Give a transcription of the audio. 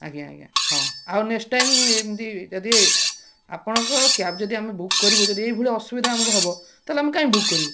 ଆଜ୍ଞା ଆଜ୍ଞା ହଁ ଆଉ ନେକ୍ସଟ୍ ଟାଇମ୍ ଏମତି ଯଦି ଆପଣଙ୍କ କ୍ୟାବ୍ ଯଦି ଆମେ ବୁକ୍ କରିବୁ ଯଦି ଏଇଭଳି ଅସୁବିଧା ଆମକୁ ହେବ ତା'ହେଲେ ଆମେ କାହିଁକି ବୁକ୍ କରିବୁ